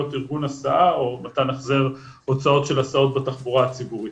ארגון הסעה או מתן החזר הוצאות של הסעות בתחבורה הציבורית.